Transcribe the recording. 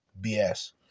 BS